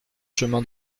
chemin